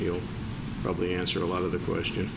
he'll probably answer a lot of the question